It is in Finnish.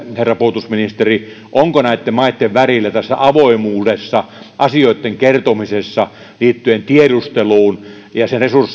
herra puolustusministeri onko näitten maitten välillä tässä avoimuudessa asioitten kertomisessa liittyen tiedusteluun ja